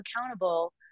accountable